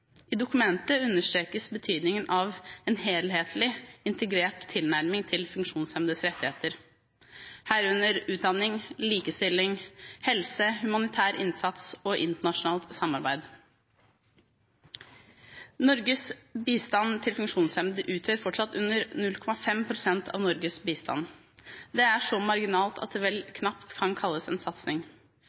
I dokumentet understrekes betydningen av en helhetlig, integrert tilnærming til funksjonshemmedes rettigheter, herunder utdanning, likestilling, helse, humanitær innsats og internasjonalt samarbeid. Norges bistand til funksjonshemmede utgjør fortsatt under 0,5 pst. av Norges bistand. Det er så marginalt at det vel knapt kan kalles en satsing.